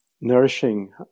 nourishing